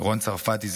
רון צרפתי,